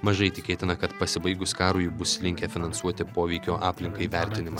mažai tikėtina kad pasibaigus karui bus linkę finansuoti poveikio aplinkai vertinimą